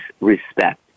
respect